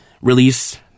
release